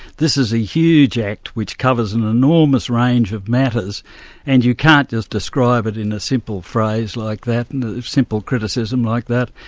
this is a huge act which covers an enormous range of matters and you can't just describe it in a simple phrase like that, a and simple criticism like that.